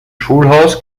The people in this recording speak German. schulhaus